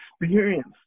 experience